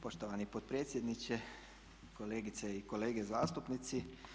Poštovani potpredsjedniče, kolegice i kolege zastupnici.